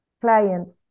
clients